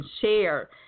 share